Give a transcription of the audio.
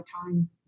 time